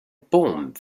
bomb